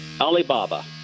Alibaba